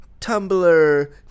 Tumblr